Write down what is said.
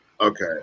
Okay